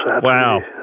Wow